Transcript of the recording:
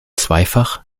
zweifach